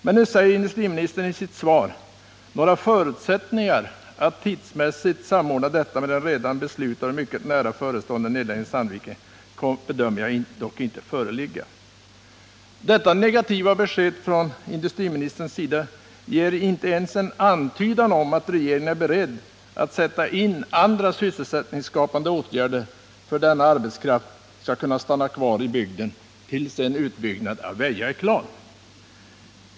Men nu säger industriministern i sitt svar: ”Några förutsättningar att tidmässigt samordna detta med den redan beslutade och mycket nära förestående nedläggningen i Sandviken bedömer jag dock inte föreligga.” Detta negativa besked från industriministerns sida ger inte ens en antydan om att regeringen är beredd att sätta in andra sysselsättningsskapande åtgärder för att denna arbetskraft skall kunna stanna kvar i bygden tills en utbyggnad i Väja är klar.